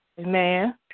Amen